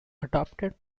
adopted